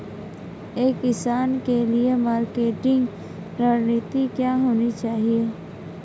एक किसान के लिए मार्केटिंग रणनीति क्या होनी चाहिए?